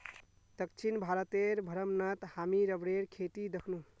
दक्षिण भारतेर भ्रमणत हामी रबरेर खेती दखनु